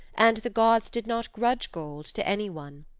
and the gods did not grudge gold to anyone.